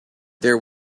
there